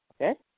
Okay